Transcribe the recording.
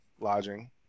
lodging